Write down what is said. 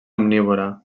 omnívora